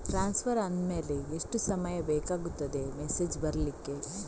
Transfer ಆದ್ಮೇಲೆ ಎಷ್ಟು ಸಮಯ ಬೇಕಾಗುತ್ತದೆ ಮೆಸೇಜ್ ಬರ್ಲಿಕ್ಕೆ?